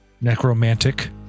necromantic